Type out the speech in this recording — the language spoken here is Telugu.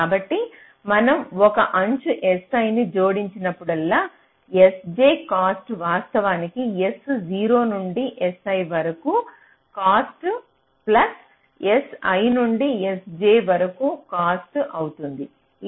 కాబట్టి మనం ఒక అంచు si ని జోడించినప్పుడల్లా sj కాస్ట్ వాస్తవానికి s0 నుండి si వరకు కాస్ట్ ప్లస్ si నుండి sj వరకు కాస్ట్ అవుతుంది ఇది డైజ్క్స్ట్రా Dijkstra's